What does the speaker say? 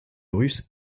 russe